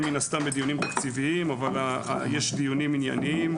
בדיונים התקציביים יש מן הסתם מתח מובנה אבל יש דיונים ענייניים,